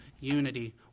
unity